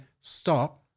stop